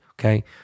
Okay